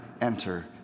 enter